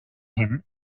him